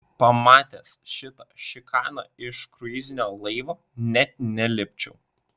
pamatęs šitą šikaną iš kruizinio laivo net nelipčiau